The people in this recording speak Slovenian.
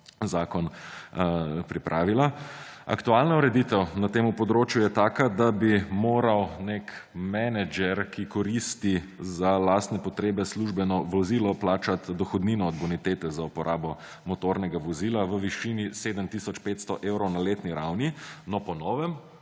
zakon pripravila. Aktualna ureditev na tem področju je taka, da bi moral nek menedžer, ki koristi za lastne potrebe službeno vozilo, plačati dohodnino od bonitete za uporabo motornega vozila v višini 7 tisoč 500 evrov na letni ravni. No, po novem